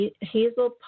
Hazel